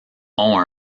ont